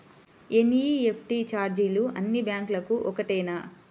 NEFT ఛార్జీలు అన్నీ బ్యాంక్లకూ ఒకటేనా?